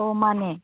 ꯑꯣ ꯃꯥꯟꯅꯦ